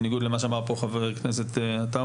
בניגוד למה שאמר פה חבר הכנסת עטאונה,